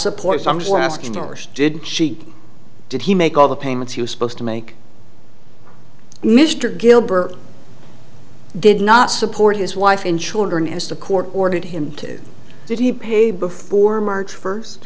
support so i'm still asking norrish did she did he make all the payments he was supposed to make mr gilbert did not support his wife and children as the court ordered him to did he pay before march first